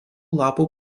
lapų